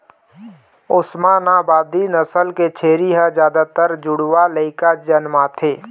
ओस्मानाबादी नसल के छेरी ह जादातर जुड़वा लइका जनमाथे